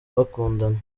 bakundana